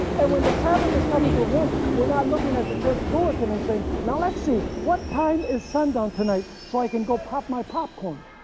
and when the sabbath is coming to an end we're not looking at the church bulletins and saying now let's see what time is sundown tonight so i can go pop my popcorn.